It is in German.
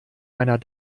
meiner